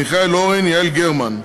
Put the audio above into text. מיכאל אורן ויעל גרמן.